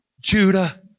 Judah